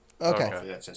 Okay